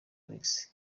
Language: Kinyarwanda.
alex